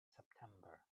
september